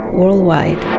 worldwide